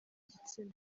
gitsina